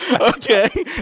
okay